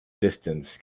distance